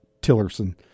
Tillerson